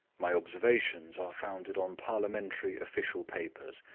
my observations are founded on parliamentary official papers,